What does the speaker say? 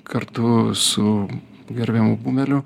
kartu su gerbiamu bumeliu